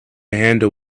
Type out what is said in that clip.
handle